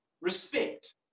respect